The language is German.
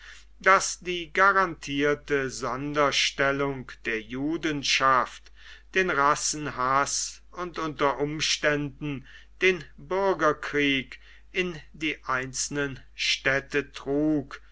daß die garantierte sonderstellung der judenschaft den rassenhaß und unter umständen den bürgerkrieg in die einzelnen städte trug